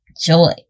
joy